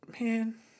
man